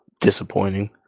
disappointing